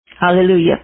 Hallelujah